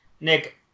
Nick